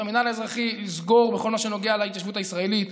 צריך את המינהל האזרחי לסגור בכל מה שנוגע להתיישבות הישראלית,